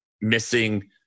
missing